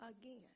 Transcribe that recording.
again